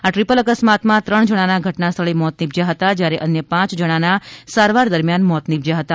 આ ટ્રીપલ અકસ્માતમાં ત્રણ જણાના ઘટનાસ્થળે મોત નીપજ્યા હતા જ્યારે અન્ય પાંચ જણાંના સારવાર દરમિયાન મોત નીપજ્યા હતા